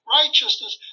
righteousness